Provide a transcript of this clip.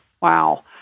Wow